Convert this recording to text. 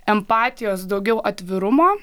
empatijos daugiau atvirumo